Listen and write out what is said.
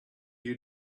you